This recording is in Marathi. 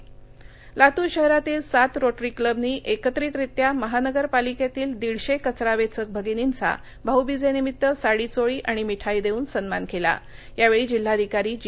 सन्मान लातूर शहरातील सात रोटरी क्लबनी एकत्रीतरित्या महानगरपालिकेतील दीडशे कचरा वेचक भागिंनाचा भाऊवीज निमित्त साडीचोळी आणि मिठाई देऊन सन्मान केला या वेळी जिल्हाधिकारी जी